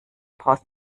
braust